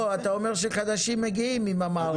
לא, אתה אומר שחדשים מגיעים עם המערכת הזו.